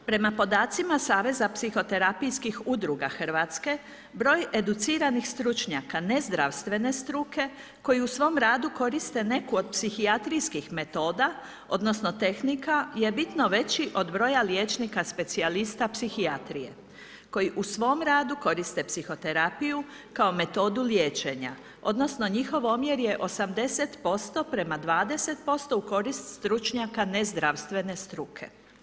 Prema podacima Saveza psihoterapijskih udruga Hrvatske, broj educiranih stručnjaka nezdravstvene struke koji u svom radu koriste neku od psihijatrijskih metoda odnosno tehnika je bitno veći od broja liječnika specijalista psihijatrije koji u svom radu koriste psihoterapiju kao metodu liječenja odnosno njihov omjer je 80% prema 20% u korist stručnjaka nezdravstvene struke.